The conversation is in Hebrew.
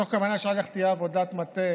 מתוך כוונה שאחר כך תהיה עבודת מטה